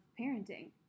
parenting